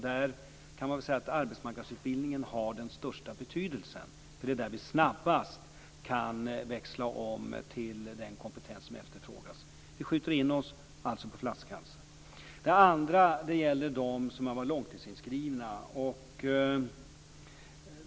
Man kan säga att arbetsmarknadsutbildningen har den största betydelsen, för det är där vi snabbast kan växla om till den kompetens som efterfrågas. Vi skjuter alltså in oss på flaskhalsar. Det andra jag vill säga gäller dem som har varit långtidsinskrivna.